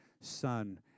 Son